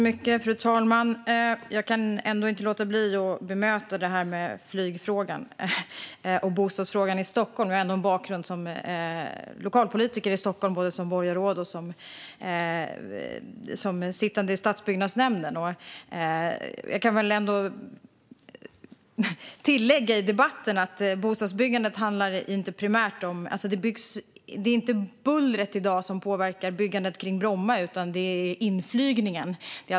Fru talman! Jag kan inte låta bli att bemöta flyg och bostadsfrågan i Stockholm. Jag har ändå en bakgrund som lokalpolitiker i Stockholm - som borgarråd och som sittande i stadsbyggnadsnämnden. Jag kan tillägga i debatten att det inte är bullret i dag som påverkar byggandet runt Bromma, utan det är inflygningen.